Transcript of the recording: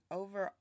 over